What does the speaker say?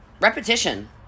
repetition